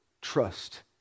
trust